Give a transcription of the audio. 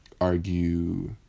argue